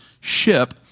ship